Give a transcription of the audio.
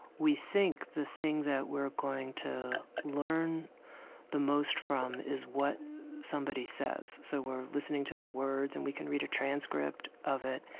we think the thing that we're going to learn the most from is what somebody says, so we're listening to their words and we can read a transcript of it.